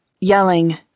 yelling